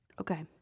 Okay